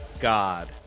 god